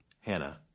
Hannah